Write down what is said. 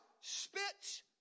spits